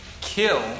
kill